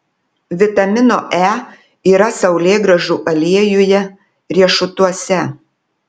vitamino e yra saulėgrąžų aliejuje riešutuose